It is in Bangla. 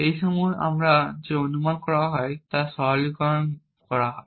এই সব আমরা যে অনুমান করা হয় সরলীকরণ করা হয়